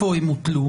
והיכן הן הוטלו.